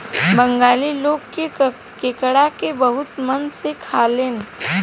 बंगाली लोग केकड़ा के बहुते मन से खालेन